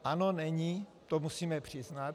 Ano, není, to musíme přiznat.